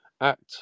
act